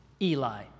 Eli